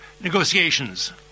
negotiations